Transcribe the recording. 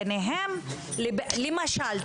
למשל,